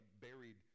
buried